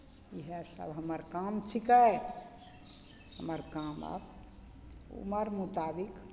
इएहसभ हमर काम छिकै हमर काम आब उमर मुताबिक